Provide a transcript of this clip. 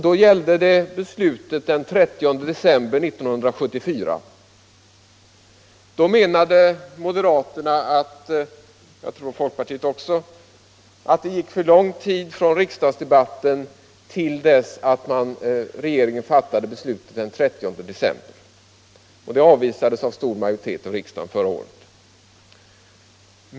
Då gällde det beslutet den 30 december 1974. Moderaterna menade då att det gick för lång tid från riksdagsdebatten till dess regeringen fattade be slutet den 30 december. Det avvisades av en stor majoritet i riksdagen förra året.